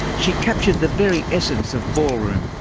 she captured the very essence of ballroom.